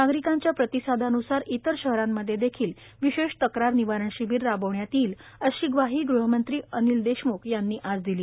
नागरिकांच्या प्रतिसादान्सार इतर शहरातदेखील विशेष तक्रार निवारण शिबीर राबवणार येईल अशी ग्वाही गृहमंत्री अनिल देशम्ख यांनी आज केले